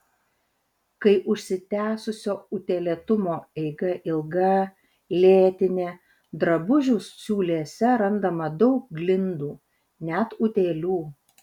kai užsitęsusio utėlėtumo eiga ilga lėtinė drabužių siūlėse randama daug glindų net utėlių